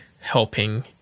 helping